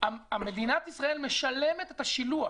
מדינת ישראל משלמת את השילוח.